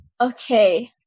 Okay